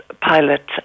pilot